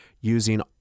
using